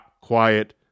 Quiet